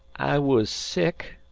i was sick,